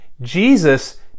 Jesus